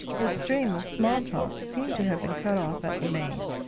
his stream of small talk seemed to have been cut off at the main.